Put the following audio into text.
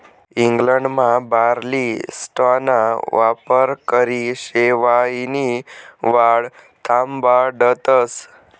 इंग्लंडमा बार्ली स्ट्राॅना वापरकरी शेवायनी वाढ थांबाडतस